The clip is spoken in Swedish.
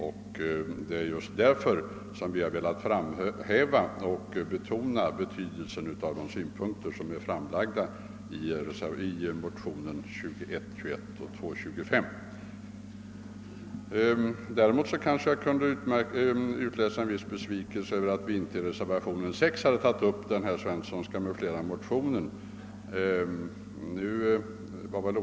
Och det är just därför som vi velat framhäva betydelsen av de idéer som framförts i motionerna I: 21 och II: 25. Däremot kan jag kanske av herr Svenssons inlägg utläsa en viss besvikelse över att vi inte i reservationen 6 omnämnt motionen av herr Svensson i Eskilstuna m.fl.